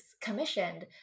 commissioned